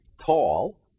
tall